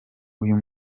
uyu